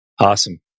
Awesome